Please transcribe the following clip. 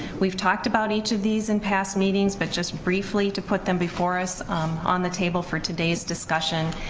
we've talked about each of these in past meetings but just briefly to put them before us on the table for today's discussion,